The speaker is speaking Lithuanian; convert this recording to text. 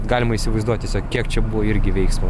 galima įsivaizduoti tiesiog kiek čia buvo irgi veiksmo